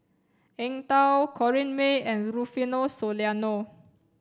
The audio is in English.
Eng Tow Corrinne May and Rufino Soliano